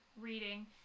reading